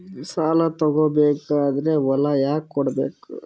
ಸಾಲ ತಗೋ ಬೇಕಾದ್ರೆ ಹೊಲ ಯಾಕ ಕೊಡಬೇಕು?